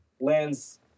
Lands